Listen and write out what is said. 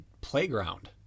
playground